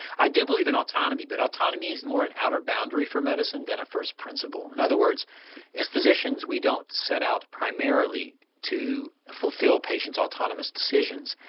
i do believe in autonomy but autonomy is more an outer boundary for medicine than a first principle. in other words as physicians we don't set out primarily to fulfil patients' autonomous decisions,